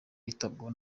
yitabwaho